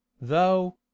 though